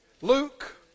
Luke